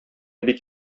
бик